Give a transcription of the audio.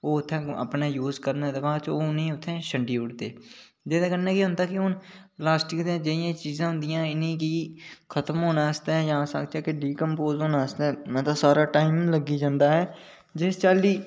ओह् उत्थै अपने यूज करने दे बाद च उत्थै छोड़ी ओड़दे जेह्दे कन्नै केह् होंदा कि हून प्लासटिक दियां चीजां होंदिया इ'नें गी खत्म होने आस्तै डिकंपोज होने आस्तै बड़ा सारा टाइम लगी जंदा ऐ जिस चाल्ली